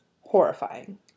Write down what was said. horrifying